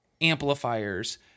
amplifiers